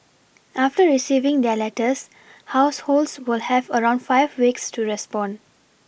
after receiving their letters households will have around five weeks to respond